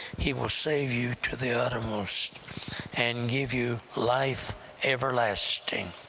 he will save you to the uttermost and give you life everlasting.